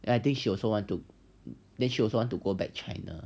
and I think she also want to then she also want to go back china